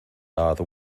either